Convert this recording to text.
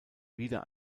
wieder